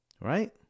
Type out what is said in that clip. right